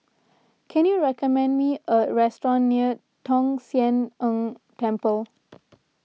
can you recommend me a restaurant near Tong Sian Tng Temple